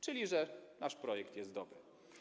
Czyli że nasz projekt jest dobry.